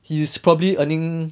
he is probably earning